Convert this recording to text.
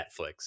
netflix